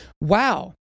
Wow